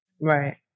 Right